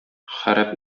харап